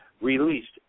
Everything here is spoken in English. released